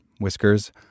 whiskers